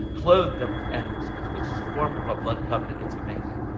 clothed them with animal skins which is a form of a blood covenant. it's amazing.